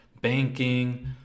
banking